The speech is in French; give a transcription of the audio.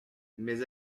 mais